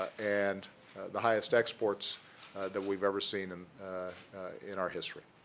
and the highest exports that we've ever seen and in our history.